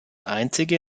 einzige